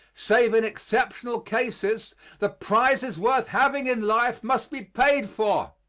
save in exceptional cases the prizes worth having in life must be paid for,